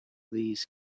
these